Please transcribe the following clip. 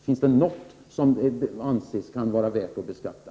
Finns det något som ni anser att det är värt att beskatta?